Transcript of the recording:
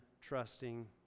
trusting